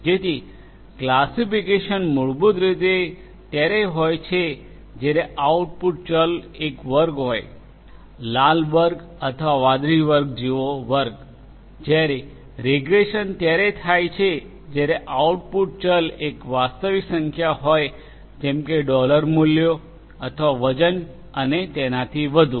જેથી ક્લાસિફિકેશન મૂળભૂત રીતે ત્યારે હોય છે જ્યારે આઉટપુટ ચલ એક વર્ગ હોય લાલ વર્ગ અથવા વાદળી વર્ગ જેવો વર્ગ જ્યારે રીગ્રેસન ત્યારે થાય છે જ્યારે આઉટપુટ ચલ એક વાસ્તવિક સંખ્યા હોય જેમ કે ડોલર મૂલ્યો અથવા વજન અને તેનાથી વધુ